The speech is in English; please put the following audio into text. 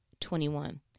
Twenty-one